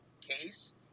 case